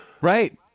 right